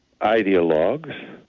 ideologues